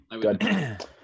good